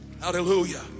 Hallelujah